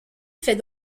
fait